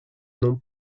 non